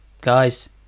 Guys